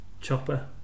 Chopper